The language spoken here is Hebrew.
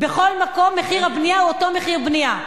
בכל מקום מחיר הבנייה הוא אותו מחיר בנייה.